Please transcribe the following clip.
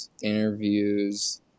interviews